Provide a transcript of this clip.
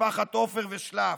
משפחת עופר ושלאף.